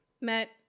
met